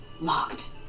Locked